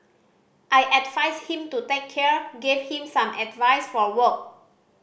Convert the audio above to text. I advised him to take care gave him some advice for work